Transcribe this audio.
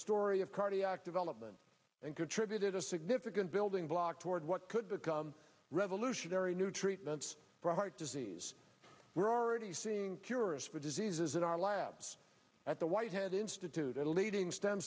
story of cardiac development and contributed a significant building block toward what could become revolutionary new treatments for heart disease we're already seeing curious but diseases in our labs at the white head institute a leading stem